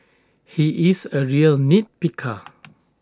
he is A real nit picker